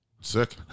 Sick